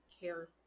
care